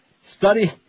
Study